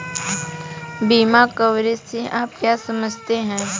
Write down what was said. बीमा कवरेज से आप क्या समझते हैं?